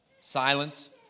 silence